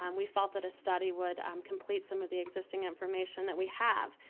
um we felt that a study would um complete some of the existing information that we have.